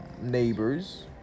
neighbors